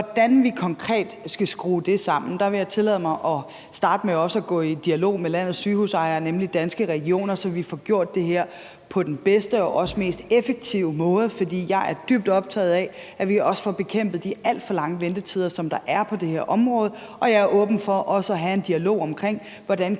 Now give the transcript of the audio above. hvordan vi konkret skal skrue det sammen, vil jeg tillade mig at starte med også at gå i dialog med landets sygehusejere, nemlig Danske Regioner, så vi får gjort det her på den bedste og mest effektive måde. For jeg er dybt optaget af, at vi også får bekæmpet de alt for lange ventetider, som der er på det her område, og jeg er åben for også at have en dialog omkring, hvordan